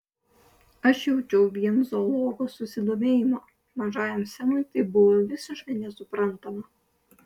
aš jaučiau vien zoologo susidomėjimą mažajam semui tai buvo visiškai nesuprantama